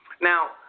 now